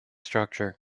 structure